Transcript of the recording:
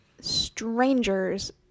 strangers